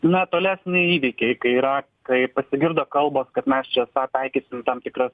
na tolesni įvykiai kai yra kai pasigirdo kalbos kad mes čia esą taikysim tam tikras